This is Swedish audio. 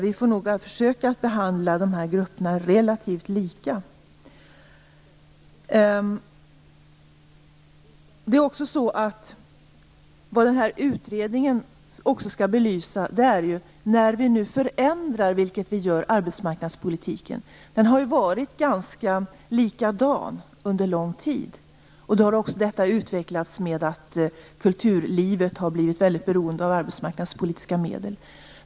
Vi får nog i stället försöka behandla de olika grupperna relativt lika. Utredningen skall också belysa hur det blir när vi nu förändrar arbetsmarknadspolitiken. Den har varit ganska så lika under en lång tid och kulturlivet har blivit väldigt beroende av arbetsmarknadspolitiska medel.